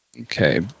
Okay